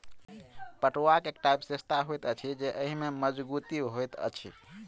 पटुआक एकटा विशेषता होइत अछि जे एहि मे मजगुती होइत अछि